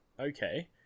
Okay